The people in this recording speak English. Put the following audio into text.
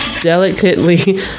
delicately